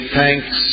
thanks